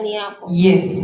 yes